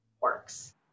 works